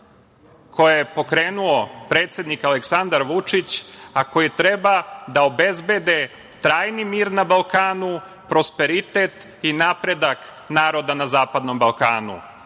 koje je pokrenuo predsednik Aleksandar Vučić, a koji treba da obezbede trajni mir na Balkanu, prosperitet i napredak naroda na zapadnom Balkanu,